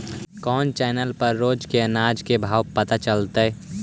कोन चैनल पर रोज के अनाज के भाव पता चलतै?